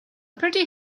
pretty